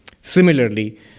Similarly